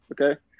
Okay